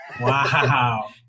Wow